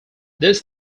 this